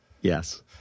Yes